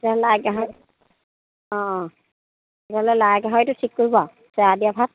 তেতিয়া হ'লে লাই গাহৰি অঁ তেতিয়া হ'লে লাই গাহৰিটো ঠিক কৰিব চেৱা দিয়া ভাত